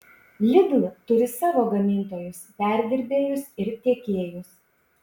lidl turi savo gamintojus perdirbėjus ir tiekėjus